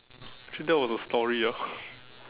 actually that was a story ah